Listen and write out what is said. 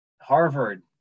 Harvard